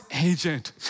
agent